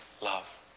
love